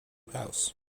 house